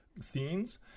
scenes